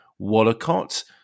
Wallacott